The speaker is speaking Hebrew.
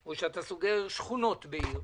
או סוגר שכונות בעיר,